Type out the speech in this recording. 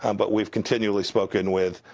um but we have continually spoken with